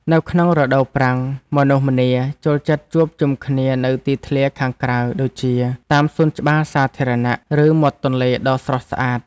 នៅក្នុងរដូវប្រាំងមនុស្សម្នាចូលចិត្តជួបជុំគ្នានៅទីធ្លាខាងក្រៅដូចជា តាមសួនច្បារសាធារណៈ ឬមាត់ទន្លេដ៏ស្រស់ស្អាត។